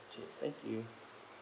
okay thank you